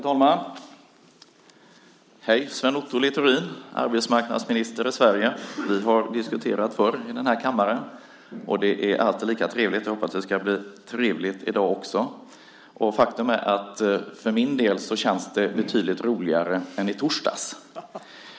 Herr talman! Hej, Sven Otto Littorin, arbetsmarknadsminister i Sverige! Vi har diskuterat förr i den här kammaren, och det är alltid lika trevligt. Jag hoppas det ska bli trevligt i dag också. Faktum är att det för min del känns betydligt roligare än i torsdags.